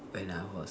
when I was